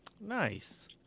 Nice